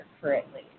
currently